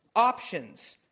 options,